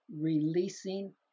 releasing